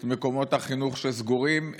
את מקומות החינוך שסגורים,